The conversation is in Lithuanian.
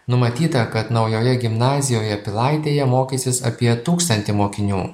numatyta kad naujoje gimnazijoje pilaitėje mokysis apie tūkstantį mokinių